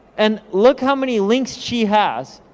and look how many links she has.